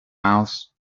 mouse